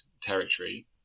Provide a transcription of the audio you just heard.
territory